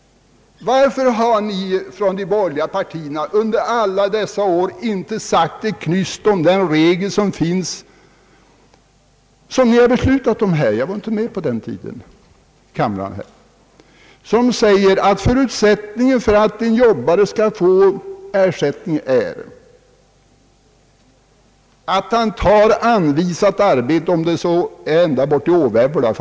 Varför har ni från de borgerliga partierna under alla dessa år inte sagt ett knyst om den regel som finns och som ni har beslutat om här — jag var inte med på den tiden i kammaren — och som säger att förutsättningen för att en jobbare skall få ersättning är att han tar anvisat arbete även om det är ända bort i Åvävvla.